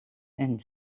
een